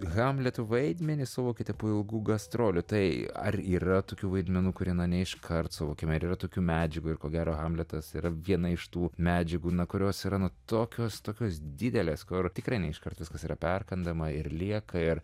hamleto vaidmenį suvokėte po ilgų gastrolių tai ar yra tokių vaidmenų kurie neiškart suvokiami ar yra tokių medžiagų ir ko gero hamletas yra viena iš tų medžiagų kurios yra nu tokios tokios didelės kur tikrai ne iškart viskas yra perkandama ir lieka ir